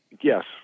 yes